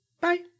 Bye